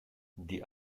die